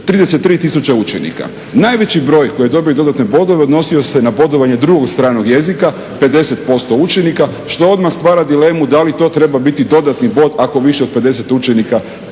33000 učenika. Najveći broj koji je dobio dodatne bodove odnosi se na bodovanje drugog stranog jezika 50% učenika što odmah stvara dilemu da li to treba biti dodatni bod ako više od 50 učenika